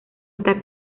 está